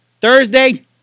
Thursday